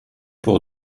pour